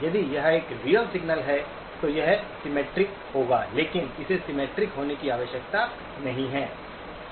यदि यह एक रियल सिग्नल है तो यह सिमेट्रिक होगा लेकिन इसे सिमेट्रिक होने की आवश्यकता नहीं है